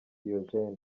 diogene